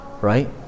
right